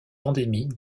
endémique